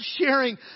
sharing